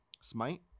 Smite